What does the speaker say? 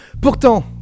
Pourtant